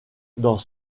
dans